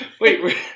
wait